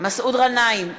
מסעוד גנאים,